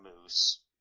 moose